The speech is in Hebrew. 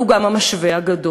אבל הוא גם המשווה הגדול.